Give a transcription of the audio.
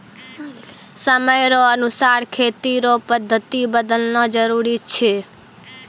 समय रो अनुसार खेती रो पद्धति बदलना जरुरी छै